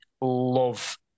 love